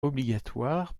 obligatoire